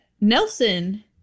Nelson